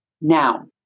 Now